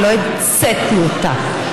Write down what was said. אני לא המצאתי אותה,